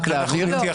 רק להבהיר.